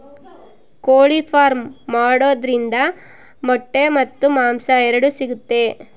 ಕೋಳಿ ಫಾರ್ಮ್ ಮಾಡೋದ್ರಿಂದ ಮೊಟ್ಟೆ ಮತ್ತು ಮಾಂಸ ಎರಡು ಸಿಗುತ್ತೆ